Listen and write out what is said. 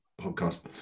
podcast